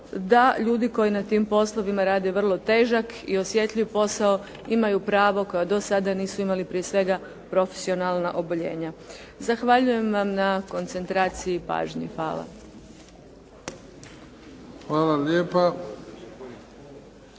da ljudi koji na tim poslovima rade vrlo težak i osjetljiv posao imaju pravo koja do sada nisu imali prije svega profesionalna oboljenja. Zahvaljujem vam na koncentraciji i pažnji. Hvala. **Bebić,